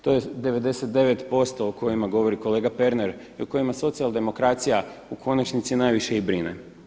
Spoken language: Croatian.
To je 99% o kojima govori kolega Pernar i o kojima socijaldemokracija u konačnici najviše i brine.